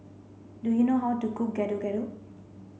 do you know how to cook Gado Gado